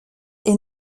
est